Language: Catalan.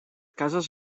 cases